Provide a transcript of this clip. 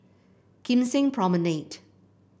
Kim Seng Promenade